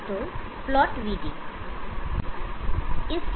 तो plot V